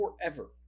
forever